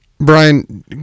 Brian